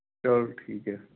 ਚਲੋ ਠੀਕ ਹੈ